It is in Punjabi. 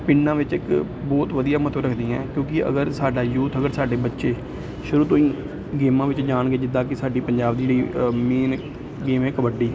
ਪਿੰਡਾਂ ਵਿੱਚ ਇੱਕ ਬਹੁਤ ਵਧੀਆ ਮਹੱਤਵ ਰੱਖਦੀਆਂ ਕਿਉਂਕਿ ਅਗਰ ਸਾਡਾ ਯੂਥ ਅਗਰ ਸਾਡੇ ਬੱਚੇ ਸ਼ੁਰੂ ਤੋਂ ਹੀ ਗੇਮਾਂ ਵਿੱਚ ਜਾਣਗੇ ਜਿੱਦਾਂ ਕਿ ਸਾਡੀ ਪੰਜਾਬ ਦੀ ਜਿਹੜੀ ਮੇਨ ਗੇਮ ਹੈ ਕਬੱਡੀ